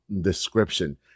description